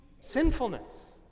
sinfulness